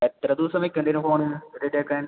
എത്ര ദിവസം വെക്കണ്ടി വരും ഫോണ് റെഡിയാക്കാൻ